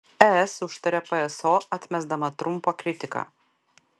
es užtaria pso atmesdama trumpo kritiką